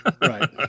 Right